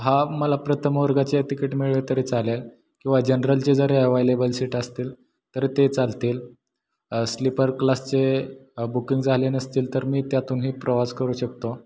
हा मला प्रथम वर्गाचे तिकीट मिळले तरी चालेल किंवा जनरलचे जरी अव्हायलेबल सीट असतील तर ते चालतील स्लीपर क्लासचे बुकिंग झाले नसतील तर मी त्यातूनही प्रवास करू शकतो